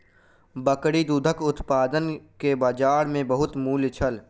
बकरी दूधक उत्पाद के बजार में बहुत मूल्य छल